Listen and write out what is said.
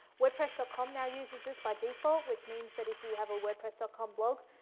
wordpress dot com now uses this by default, which means that if you have a wordpress dot com blog,